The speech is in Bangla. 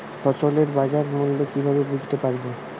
ফসলের বাজার মূল্য কিভাবে বুঝতে পারব?